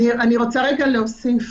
אני רוצה להוסיף.